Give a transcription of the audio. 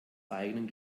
eigenen